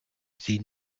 sie